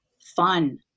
fun